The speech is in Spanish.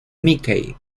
mickey